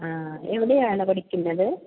ആ എവിടെയാണ് പഠിക്കുന്നത്